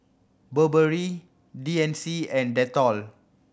Burberry D and C and Dettol